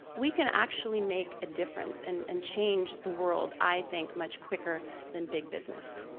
we can actually make a difference and and change the world i think much quicker than big business.